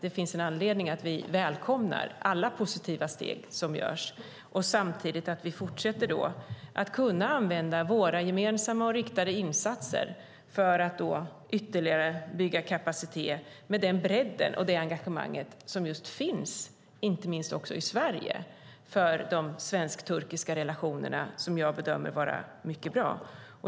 Det finns anledning att välkomna alla positiva steg som tas och att fortsätta använda våra gemensamma och riktade insatser för att ytterligare bygga kapacitet med den bredd och det engagemang som finns i Sverige för de svensk-turkiska relationerna, som jag bedömer vara mycket bra.